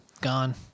gone